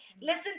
Listen